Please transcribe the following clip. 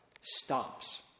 stops